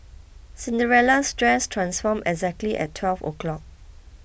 Cinderella's dress transformed exactly at twelve o'clock